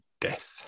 death